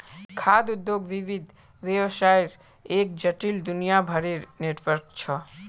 खाद्य उद्योग विविध व्यवसायर एक जटिल, दुनियाभरेर नेटवर्क छ